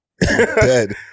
Dead